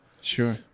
Sure